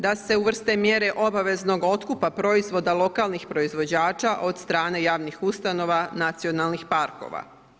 Da se uvrste mjere obaveznog otkupa proizvoda lokalnih proizvođača od strane javnih ustanova, nacionalnih parkova.